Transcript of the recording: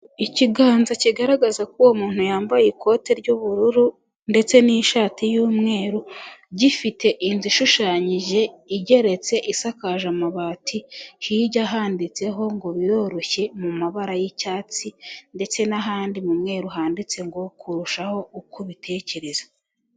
Ikiganza kigaragaza ko uwo muntu yambaye ikote ry'ubururu ndetse n'ishati y'umweru, gifite inzu ishushanyije igeretse isakaje amabati; hirya handitseho ngo: ''biroroshye'', mu mabara y'icyatsi; ndetse n'ahandi mu mweru, handitse ngo: ''kurushaho uko ubitekereza''.